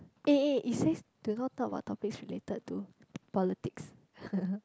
eh eh it says do not talk about topics related to politics